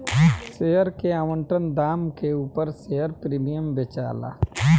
share के आवंटन दाम के उपर शेयर प्रीमियम बेचाला